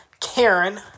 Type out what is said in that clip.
Karen